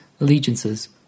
allegiances